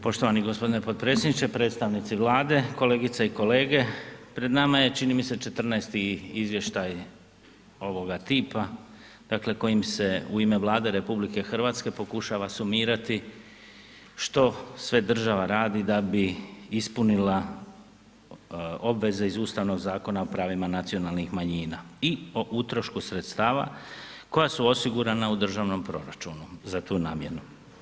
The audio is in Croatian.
Poštovani gospodine potpredsjedniče, predstavnici Vlade, kolegice i kolege pred nama je čini mi se 14. izvještaj ovoga tipa, dakle kojim se u ime Vlade RH pokušava sumirati što sve država radi da bi ispunila obveze iz Ustavnog zakona o pravima nacionalnih manjina i o utrošku sredstava koja su osigurana u državnom proračunu za tu namjenu.